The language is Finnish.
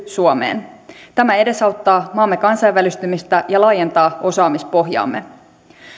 suomeen tämä edesauttaa maamme kansainvälistymistä ja laajentaa osaamispohjaamme